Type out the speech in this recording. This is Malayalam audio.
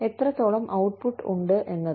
എത്രത്തോളം ഔട്ട്പുട്ട് ഉണ്ട് എന്നത്